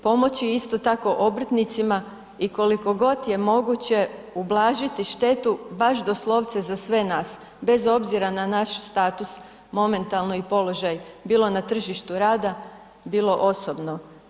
Pomoći isto tako obrtnicima i koliko god je moguće ublažiti štetu baš doslovce za sve nas, bez obzira na naš status momentalno i položaj bilo na tržištu rada, bilo osobno.